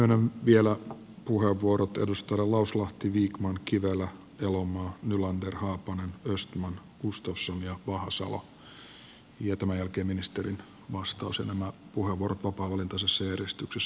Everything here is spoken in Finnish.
myönnän vielä puheenvuorot edustajille lauslahti vikman kivelä elomaa nylander haapanen östman gustafsson ja vahasalo ja tämän jälkeen ministerin vastaus ja nämä puheenvuorot vapaavalintaisessa järjestyksessä